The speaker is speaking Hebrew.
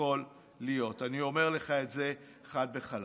יכול להיות, אני אומר לך את זה חד וחלק.